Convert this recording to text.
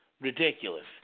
ridiculous